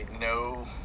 no